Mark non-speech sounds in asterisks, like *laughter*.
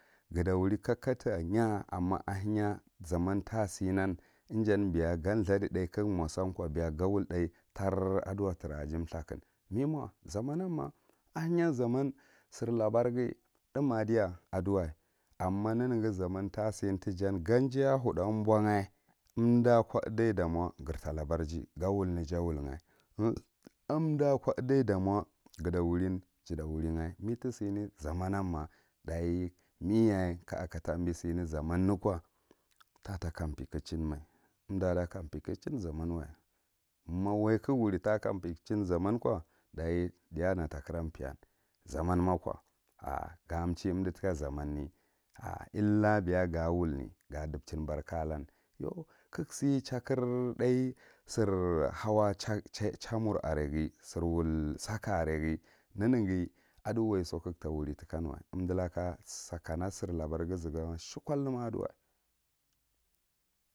Gata wuri kadkata yeh umma ahenyan zamman ta sinan ijan biya ga *unintelligible* di thá kagu mo sanko ga wul thá trar a duwa tra adi thùken me mo zamanan man, ahenye zaman siry labarghi thùm are zaman tasin tijan ganjay huthán bohgah umdi ako idai da mo greta labar gawulne ja wilgah, z umda ko idai da mo gate wurin jata wurin me tisane zaman ma dachi me yaye ka akatabi zaman ne ko tata kam pekuchin mai umda ta kapekuchin zamman wa, ma wai kagu wuri takampekuchin zaman ko daye ta kira peyan, zaman mo no ar ya chiye umda netika zaman ne, ai ilar biya ga ulne ga dubchin barka alan, yau kaga siye chakirr thá sir wul saka araghi sir wul saka areghi, sir hallaka chaya mur areghi sir wul saka areghi neneghi adi waiso kagu ta wuri tikan wa, umdi laka sakana sir labarghi zubama shekolne adiwa